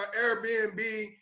Airbnb